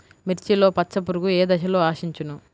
మిర్చిలో పచ్చ పురుగు ఏ దశలో ఆశించును?